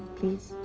please?